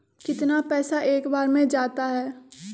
कितना पैसा एक बार में जाता है?